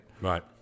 Right